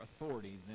authority